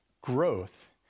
growth